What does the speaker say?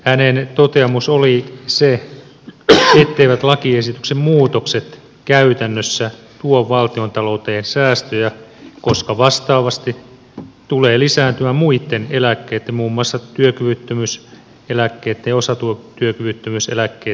hänen toteamuksensa oli se etteivät lakiesityksen muutokset käytännössä tuo valtiontalouteen säästöjä koska vastaavasti tulee lisääntyä muitten eläkkeitten muun muassa työkyvyttömyyseläkkeitten ja osatyökyvyttömyyseläkkeitten määrän